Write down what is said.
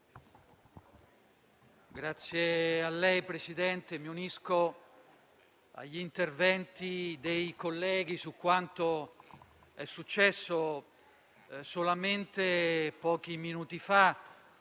Signor Presidente, mi unisco agli interventi dei colleghi su quanto è successo solamente pochi minuti fa